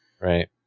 Right